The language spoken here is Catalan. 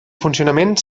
funcionament